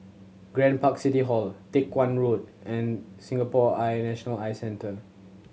Grand Park City Hall Teck Guan Road and Singapore Eye National Eye Centre